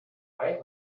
mai